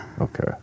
Okay